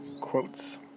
quotes